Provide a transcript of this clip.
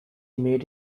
made